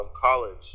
college